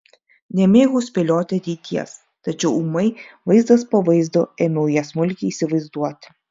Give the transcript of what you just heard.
nemėgau spėlioti ateities tačiau ūmai vaizdas po vaizdo ėmiau ją smulkiai įsivaizduoti